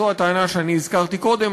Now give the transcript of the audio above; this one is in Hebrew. זו הטענה שאני הזכרתי קודם,